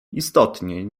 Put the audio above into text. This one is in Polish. istotnie